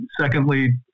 secondly